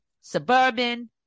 suburban